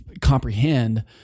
comprehend